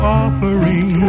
offering